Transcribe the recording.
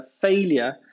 Failure